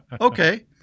okay